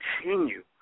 Continue